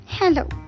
Hello